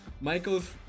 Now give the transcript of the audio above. Michael's